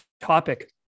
topic